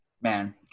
Man